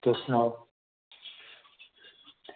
तुस सनाओ